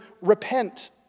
repent